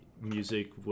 music